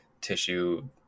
tissue